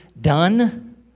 done